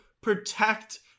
protect